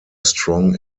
strong